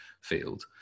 field